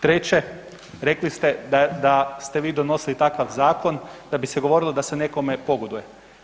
Treće, rekli ste da ste vi donosili takav zakon da bi se govorilo da se nekome pogoduje.